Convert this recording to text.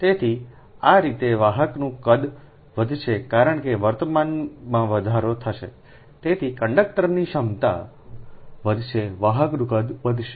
તેથી આ રીતે વાહકનું કદ વધશે કારણ કે વર્તમાનમાં વધારો થશે તેથી કંડક્ટરની ક્ષમતા વધશે વાહકનું કદ વધશે